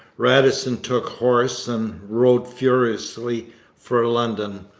radisson took horse and rode furiously for london.